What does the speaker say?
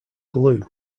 glue